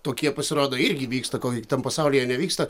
tokie pasirodo irgi vyksta ko ten pasaulyje nevyksta